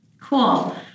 Cool